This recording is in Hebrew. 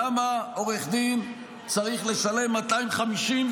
למה עורך דין צריך לשלם 250,